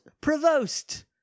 Provost